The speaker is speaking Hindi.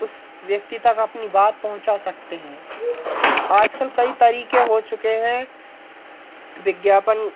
उस व्यक्ति तक अपनी बात पहुँचा सकते हैं आजकल कई तरीके हो चुके हैं विज्ञापन